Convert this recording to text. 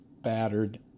battered